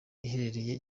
iherereye